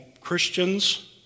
Christians